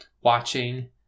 watching